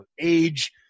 Age